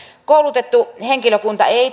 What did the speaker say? koulutettu henkilökunta ei